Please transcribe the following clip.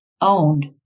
owned